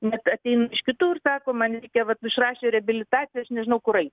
net ateina iš kitur sako man reikia vat išrašė reabilitaciją aš nežinau kur eit